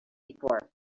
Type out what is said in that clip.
before